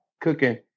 cooking